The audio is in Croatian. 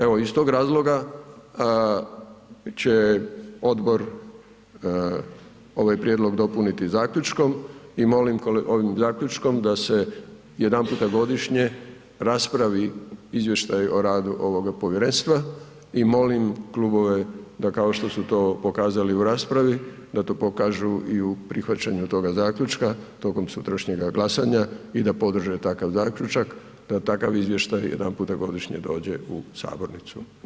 Evo iz tog razloga će odbor ovaj prijedlog dopuniti zaključkom i molim, ovim zaključkom da se jedanputa godišnje raspravi izvještaj o radu ovoga povjerenstva i molim klubove da kao što su to pokazali u raspravi, da to pokažu i u prihvaćanju toga zaključka tokom sutrašnjega glasanja i da podrže takav zaključak da takav izvještaj jedanputa godišnje dođe u sabornicu.